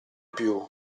più